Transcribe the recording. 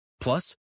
Plus